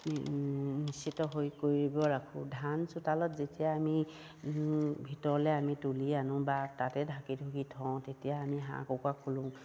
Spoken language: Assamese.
নিশ্চিত হৈ কৰিব ৰাখোঁ ধান চোতালত যেতিয়া আমি ভিতৰলে আমি তুলি আনো বা তাতে ঢাকি ঢুকি থওঁ তেতিয়া আমি হাঁহ কুকুৰা খোলোঁ